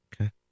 okay